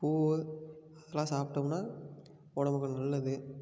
பூ அதெல்லாம் சாப்பிட்டோம்னா உடம்புக்கு நல்லது